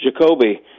Jacoby